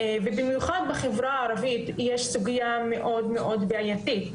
במיוחד בחברה הערבית יש סוגיה מאוד בעייתית,